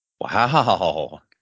Wow